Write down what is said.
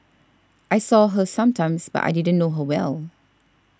I saw her sometimes but I didn't know her well